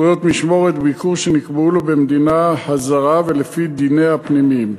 זכויות משמורת וביקור שנקבעו לו במדינה הזרה ולפי דיניה הפנימיים.